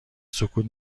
سکوت